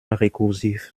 rekursiv